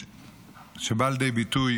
שבאות לידי ביטוי